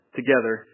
together